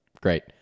great